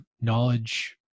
knowledge